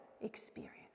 experience